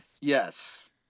yes